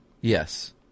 Yes